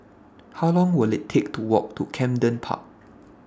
How Long Will IT Take to Walk to Camden Park